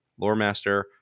Loremaster